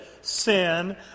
sin